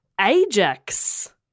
Ajax